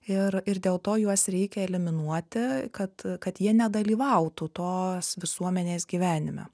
ir ir dėl to juos reikia eliminuoti kad kad jie nedalyvautų tos visuomenės gyvenime